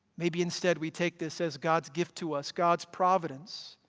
maybe instead we take this as god's gift to us, god's providence